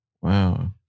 wow